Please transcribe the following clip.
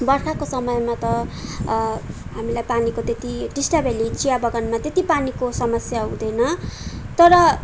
बर्खाको समयमा त हामीलाई पानीको त्यत्ति टिस्टाभेल्ली चियाबगानमा त्यत्ति पानीको समस्या हुँदैन तर